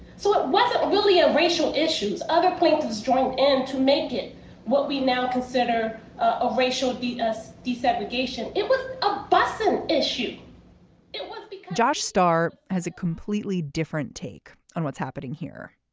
so it was really a racial issues other planes destroying and to make it what we now consider a racial beat us desegregation. it was a busing issue it was josh starr has a completely different take on what's happening here.